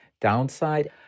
downside